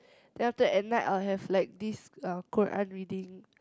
then after at night I will have like this uh Quran reading